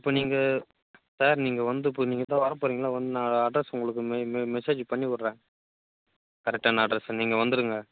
இப்போது நீங்கள் சார் நீங்கள் வந்து இப்போ நீங்கள் தான் வர போகிறீங்களே வந்து நான் அட்ரஸ் உங்களுக்கு மெ மெ மெசேஜ்ஜி பண்ணிவிட்றேன் கரெக்டான அட்ரஸு நீங்கள் வந்துடுங்க